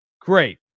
Great